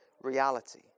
reality